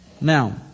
Now